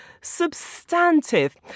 substantive